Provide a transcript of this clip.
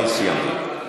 אני סיימתי.